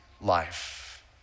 life